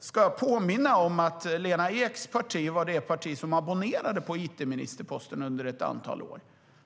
ska jag påminna om att Lena Eks parti var det parti som abonnerade på it-ministerposten under ett antal år.